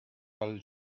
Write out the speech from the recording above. pel